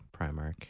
Primark